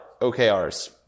OKRs